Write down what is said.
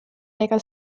ega